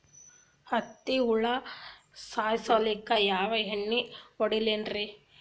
ಹತ್ತಿ ಹುಳ ಸಾಯ್ಸಲ್ಲಿಕ್ಕಿ ಯಾ ಎಣ್ಣಿ ಹೊಡಿಲಿರಿ?